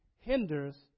hinders